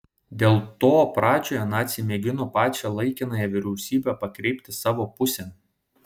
dėl to pradžioje naciai mėgino pačią laikinąją vyriausybę pakreipti savo pusėn